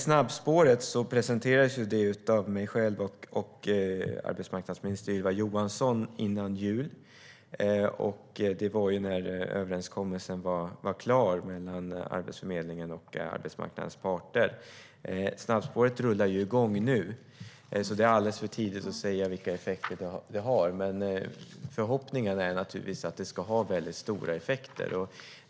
Snabbspåret presenterades ju av mig själv och arbetsmarknadsminister Ylva Johansson före jul. Det gjorde vi när överenskommelsen mellan Arbetsförmedlingen och arbetsmarknadens parter var klar. Snabbspåret rullar igång nu, så det är alldeles för tidigt att säga vilka effekter det har. Men förhoppningen är naturligtvis att det ska ha stora effekter.